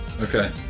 Okay